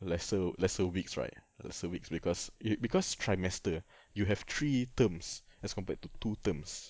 lesser lesser weeks right lesser weeks because yo~ because trimester you have three terms as compared to two terms